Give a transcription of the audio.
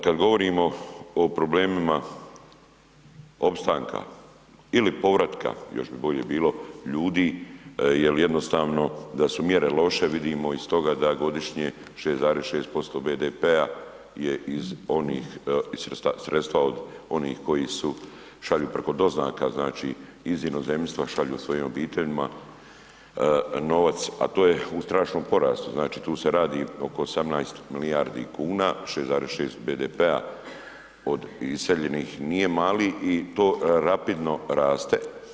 Kada govorimo o problemima opstanka ili povratka, još bi bolje bilo, ljudi jel jednostavno da su mjere loše vidimo iz toga da godišnje 6,6% BDP-a je iz sredstva onih koji šalju preko doznaka iz inozemstva šalju svojim obiteljima novac, a to je u strašnom porastu, znači tu se radi oko 18 milijardi kuna 6,6% BDP-a od iseljenih nije mali i to rapidno raste.